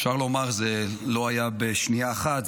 אפשר לומר שזה לא היה בשנייה אחת,